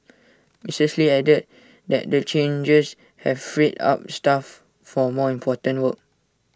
Missus lee added that the changes have freed up staff for more important work